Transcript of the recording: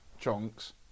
chunks